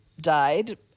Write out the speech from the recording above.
died